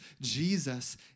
Jesus